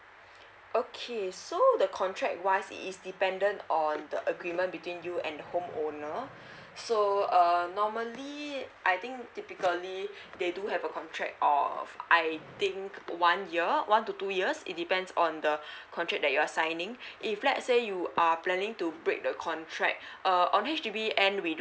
okay so the contract wise is dependent on the agreement between you and home owner so um normally I think typically they do have a contract of I think one year one to two years it depends on the contract that your are signing if let say you are planning to break the contract uh on H_D_B and we do